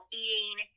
eating